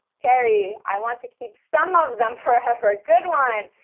terry. i want to keep some of them forever. ah good one!